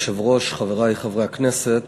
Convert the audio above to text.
אדוני היושב-ראש, חברי חברי הכנסת,